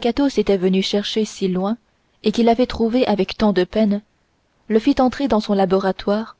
qu'athos était venu chercher si loin et qu'il avait trouvé avec tant de peine le fit entrer dans son laboratoire